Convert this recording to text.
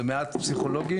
זה מעט פסיכולוגים.